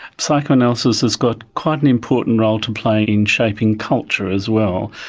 psychoanalysis has got quite an important role to play in shaping culture as well,